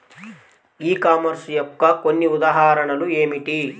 ఈ కామర్స్ యొక్క కొన్ని ఉదాహరణలు ఏమిటి?